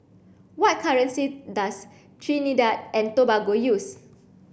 what currency does Trinidad and Tobago use